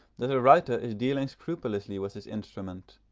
that the writer is dealing scrupulously with his instrument,